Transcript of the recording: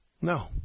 No